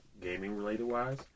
gaming-related-wise